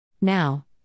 Now